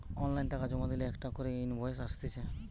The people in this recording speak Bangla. অনলাইন টাকা জমা দিলে একটা করে ইনভয়েস আসতিছে